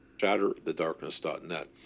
Shatterthedarkness.net